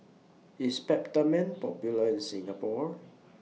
IS Peptamen Popular in Singapore